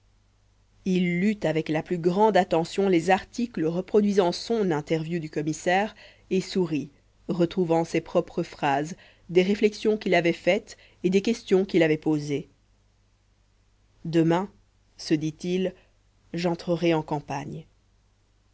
il lut avec la plus grande attention les articles reproduisant son interview du commissaire et sourit retrouvant ses propres phrases des réflexions qu'il avait faites et des questions qu'il avait posées demain se dit-il j'entrerai en campagne